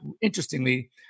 interestingly